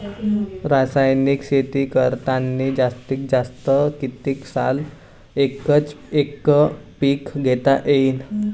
रासायनिक शेती करतांनी जास्तीत जास्त कितीक साल एकच एक पीक घेता येईन?